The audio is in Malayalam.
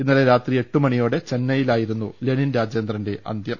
ഇന്നലെ രാത്രി എട്ടുമണിയോടെ ചെന്നൈ യിലായിരുന്നു ലെനിൻ രാജേന്ദ്രന്റെ അന്ത്യം